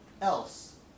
else